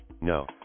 No